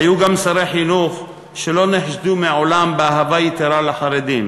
היו גם שרי חינוך שלא נחשדו מעולם באהבה יתרה לחרדים,